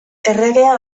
erregea